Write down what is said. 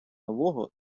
нового